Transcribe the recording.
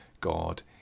God